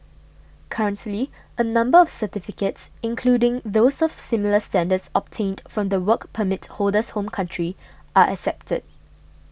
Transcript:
currently a number of certificates including those of similar standards obtained from the Work Permit holder's home country are accepted